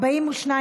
סעיפים 1 2 נתקבלו.